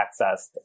accessed